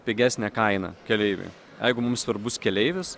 pigesnę kainą keleiviui jeigu mums svarbus keleivis